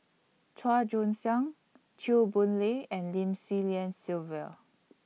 Chua Joon Siang Chew Boon Lay and Lim Swee Lian Sylvia